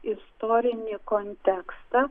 istorinį kontekstą